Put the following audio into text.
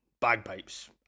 bagpipes